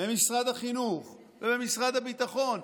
במשרד החינוך ובמשרד הביטחון,